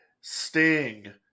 Sting